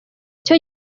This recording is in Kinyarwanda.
cyo